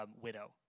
widow